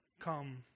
come